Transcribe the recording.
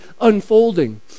unfolding